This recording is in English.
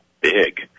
big